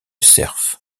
serfs